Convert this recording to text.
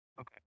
Okay